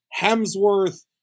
Hemsworth